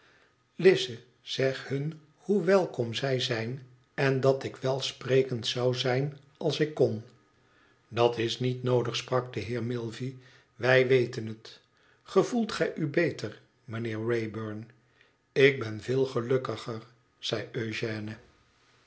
lize zeg hun hoe welkom zij zijn en dat ik welsprekend zou zijn als ik kon tdat is niet noodig sprak de heer milvey wij weten het gevoelt gij u beter mijnheer wraybum ilk ben veel gelukkiger zei